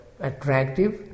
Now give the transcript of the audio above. attractive